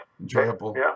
enjoyable